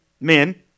Men